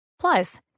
Plus